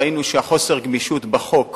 ראינו שחוסר גמישות בחוק